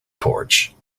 porch